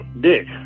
dick